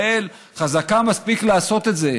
מדינת ישראל חזקה מספיק לעשות את זה.